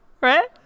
Right